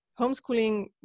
homeschooling